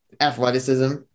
athleticism